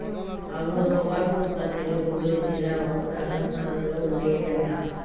అవును పొగాకు ఉత్పత్తిలో గుంటూరు జిల్లా ఒకప్పుడు అగ్రస్థానంలో ఉండేది అంట